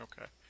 okay